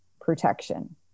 protection